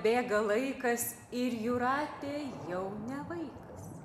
bėga laikas ir jūratė jau ne vaikas